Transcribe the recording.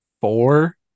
four